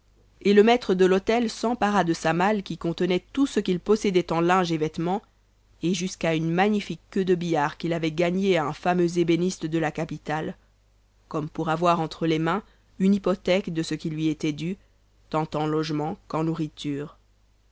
et le maître de l'hôtel s'empara de sa malle qui contenait tout ce qu'il possédait en linge et vêtement et jusqu'à une magnifique queue de billard qu'il avait gagnée à un fameux ébéniste de la capitale comme pour avoir entre les mains une hypothèque de ce qui lui était dû tant en logement